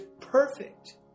perfect